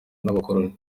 n’abakoloni